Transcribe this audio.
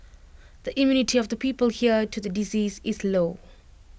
the immunity of the people here to the disease is low